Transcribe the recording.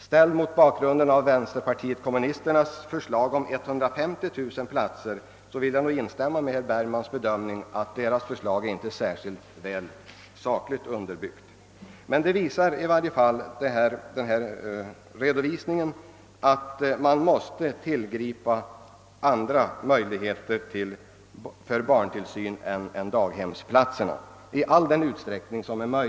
Om den siffran ställes mot vänsterpartiet kommunisternas förslag om 150 000 platser instämmer jag i herr Bergmans bedömning att kommunisternas förslag inte är särskilt väl underbyggt beträffandeé de ekonomiska möjligheterna. Redovisningen säger oss att vi måste tillgripa andra möjligheter för barntillsyn än daghemmen, och det måste göras i all den utsträckning som kan ske.